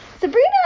Sabrina